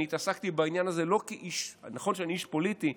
נכון שאני איש פוליטי,